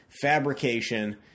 Fabrication